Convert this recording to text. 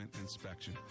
Inspection